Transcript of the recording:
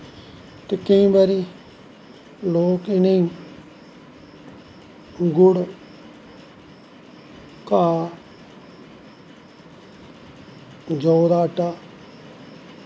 ते केंई बारी लोग इनेंगी गुड़ घाह् जौ दा आटा